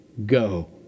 Go